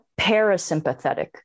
parasympathetic